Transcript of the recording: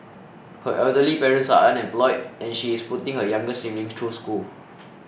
her elderly parents are unemployed and she is putting her younger siblings through school